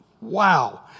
Wow